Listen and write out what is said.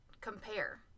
compare